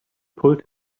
pulled